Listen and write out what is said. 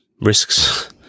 risks